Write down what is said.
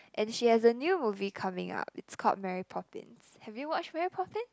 and she has a new movie coming up it's called Mary Poppins have you watched Mary Poppin